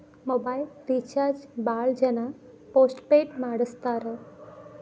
mobile recharge ಭಾಳ್ ಜನ postpaid ಮಾಡಸ್ತಾರ